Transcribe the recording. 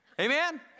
Amen